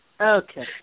Okay